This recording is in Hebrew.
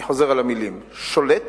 אני חוזר על המלים: שולט